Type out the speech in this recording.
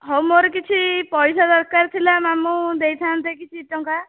ହଉ ମୋର କିଛି ପଇସା ଦରକାର ଥିଲା ମାମୁଁ ଦେଇଥାନ୍ତେ କିଛି ଟଙ୍କା